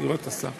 אני רואה את השר,